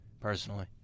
personally